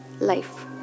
life